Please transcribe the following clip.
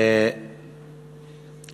בחי"ת או בכ"ף?